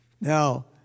Now